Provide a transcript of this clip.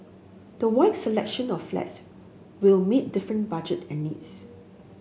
the wide selection of flats will meet different budget and needs